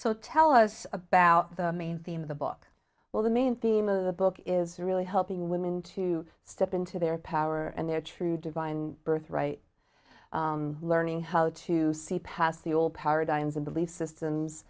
so tell us about the main theme of the book well the main theme of the book is really helping women to step into their power and their true divine birthright learning how to see past the old paradigms of belief systems